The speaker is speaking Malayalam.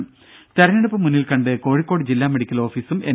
രും തെരഞ്ഞെടുപ്പ് മുന്നിൽ കണ്ട് കോഴിക്കോട് ജില്ലാ മെഡിക്കൽ ഓഫീസും എൻ